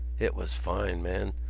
it was fine, man.